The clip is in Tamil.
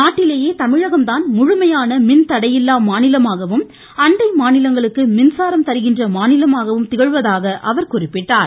நாட்டிலேயே தமிழகம் தான் முழுமையான மின்தடையில்லா மாநிலமாகவும் அண்டை மாநிலங்களுக்கு மின்சாரம் தருகின்ற மாநிலமாகவும் திகழ்வதாக அவர் குறிப்பிட்டார்